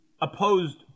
opposed